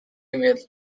email